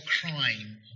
crime